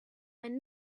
when